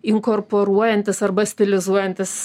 inkorporuojantys arba stilizuojantys